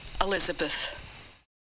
Elizabeth